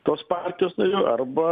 tos partijos nariu arba